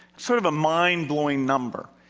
sort of a mind-blowing number.